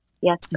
Yes